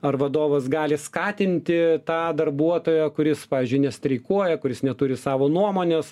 ar vadovas gali skatinti tą darbuotoją kuris pavyzdžiui nestreikuoja kuris neturi savo nuomonės